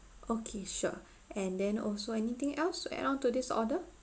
okay sure and then also anything else to add on to this order